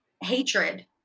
hatred